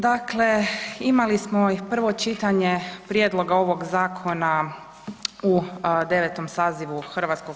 Dakle, imali smo i prvo čitanje prijedloga ovog zakona u 9. sazivu HS.